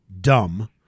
dumb